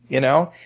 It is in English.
you know?